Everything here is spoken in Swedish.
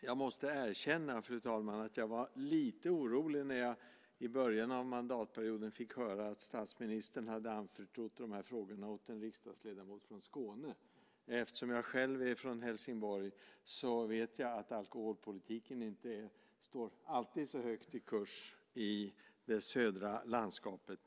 Jag måste erkänna, fru talman, att jag var lite orolig när jag i början av mandatperioden fick höra att statsministern hade anförtrott de här frågorna åt en riksdagsledamot från Skåne. Eftersom jag själv är från Helsingborg vet jag att alkoholpolitiken inte alltid står så högt i kurs i det södra landskapet.